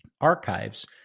archives